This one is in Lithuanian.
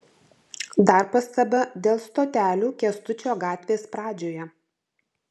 dar pastaba dėl stotelių kęstučio gatvės pradžioje